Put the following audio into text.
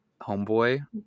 homeboy